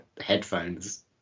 headphones